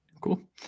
Cool